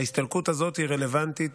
ההסתלקות הזאת היא רלוונטית,